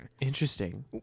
Interesting